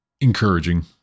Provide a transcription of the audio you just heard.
encouraging